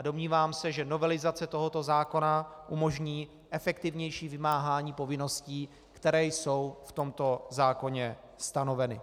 Domnívám se, že novelizace tohoto zákona umožní efektivnější vymáhání povinností, které jsou v tomto zákoně stanoveny.